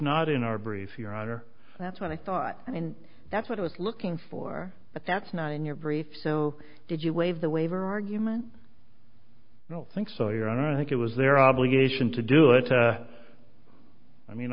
not in our brief your honor that's what i thought and that's what i was looking for but that's not in your brief so did you waive the waiver argument no thanks so your honor i think it was their obligation to do it i mean